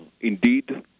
indeed